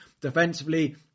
Defensively